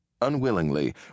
Unwillingly